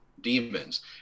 demons